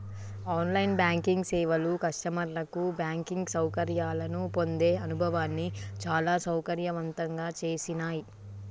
on line banking సేవలు కస్టమర్లకు banking సౌకర్యాలను పొందే అనుభవాన్ని చాలా సౌకర్యవంతంగా చేసినాయ్